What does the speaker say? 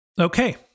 Okay